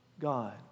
God